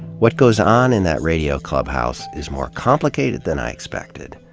what goes on in that radio clubhouse is more complicated than i expected,